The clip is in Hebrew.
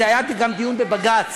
היה גם דיון בבג"ץ,